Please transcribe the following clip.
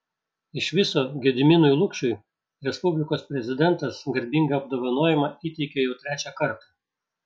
iš viso gediminui lukšiui respublikos prezidentas garbingą apdovanojimą įteikė jau trečią kartą